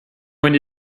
going